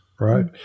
right